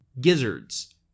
gizzards